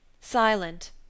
Silent